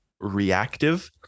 reactive